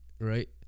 right